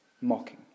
mocking